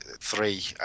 three